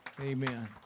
Amen